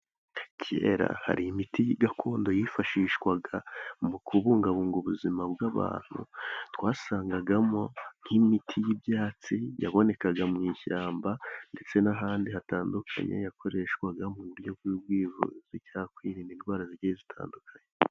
Kera hari imiti gakondo yifashishwaga mu kubungabunga ubuzima bw'abantu, twasangagamo nk'imiti y'ibyatsi, yabonekaga mu ishyamba, ndetse n'ahandi hatandukanye, yakoreshwaga mu buryo bwo kwivuza, cyangwa kwirinda indwara zigiye zitandukanye.